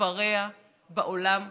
ורע בעולם המערבי.